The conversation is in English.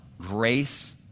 grace